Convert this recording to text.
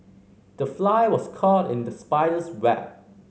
the fly was caught in the spider's web